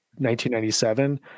1997